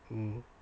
mm